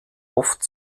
oft